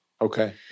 Okay